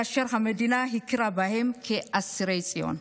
כאשר המדינה הכירה בהם כאסירי ציון.